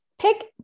Pick